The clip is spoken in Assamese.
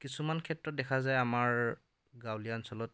কিছুমান ক্ষেত্ৰত দেখা যায় আমাৰ গাঁৱলীয়া অঞ্চলত